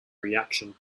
reaction